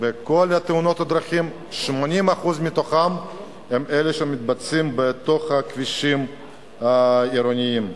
80% מתאונות הדרכים הן בכבישים העירוניים.